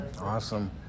Awesome